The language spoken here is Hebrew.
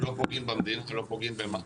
אנחנו לא פוגעים במדינה ולא פוגעים במע"מ,